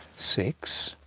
six,